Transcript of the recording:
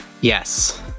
Yes